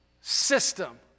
system